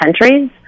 countries